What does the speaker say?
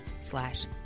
slash